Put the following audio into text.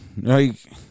like-